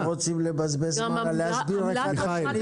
אתם רוצים לבזבז זמן על להסביר אחד לשני?